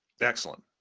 Excellent